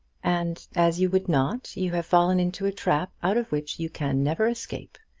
and as you would not, you have fallen into a trap out of which you can never escape.